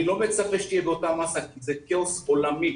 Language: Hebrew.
שיהיה באותה מסה כי זה כאוס עולמי,